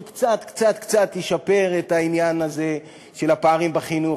שקצת קצת קצת ישפר את העניין הזה של הפערים בחינוך.